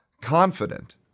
confident